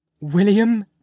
William